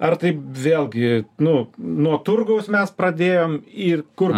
ar tai vėlgi nu nuo turgaus mes pradėjom ir kur